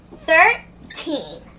Thirteen